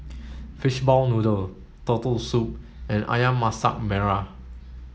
fishball noodle turtle soup and Ayam Masak Merah